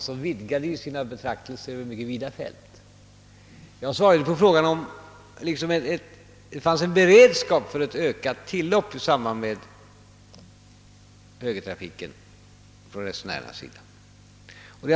s möjligheter att hävda sig på godstrafikens område.